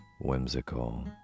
whimsical